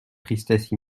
tristesse